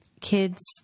kids